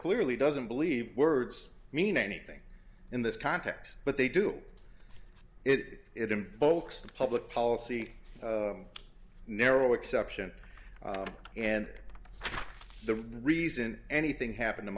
clearly doesn't believe words mean anything in this context but they do it in both the public policy narrow exception and the reason anything happened to